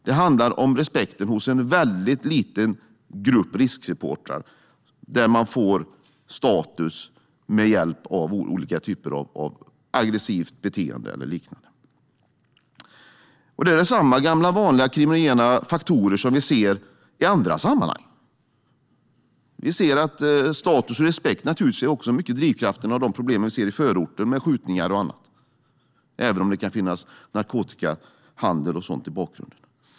Det handlar om respekten hos en väldigt liten grupp risksupportrar som får status med hjälp av olika typer av aggressivt beteende eller liknande. Det är samma gamla vanliga kriminogena faktorer som vi ser i andra sammanhang. Vi ser att status och respekt är mycket av drivkraften bakom de problem vi ser i förorten med skjutningar och annat, även om det kan finnas narkotikahandel och sådant i bakgrunden.